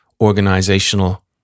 Organizational